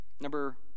Number